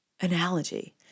analogy